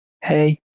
Hey